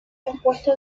compuesta